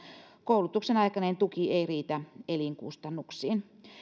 koulutuksen aikainen tuki ei riitä elinkustannuksiin